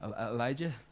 Elijah